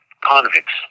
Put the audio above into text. convicts